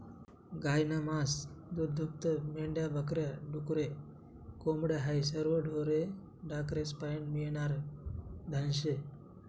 गायनं मास, दूधदूभतं, मेंढ्या बक या, डुकरे, कोंबड्या हायी सरवं ढोरे ढाकरेस्पाईन मियनारं धन शे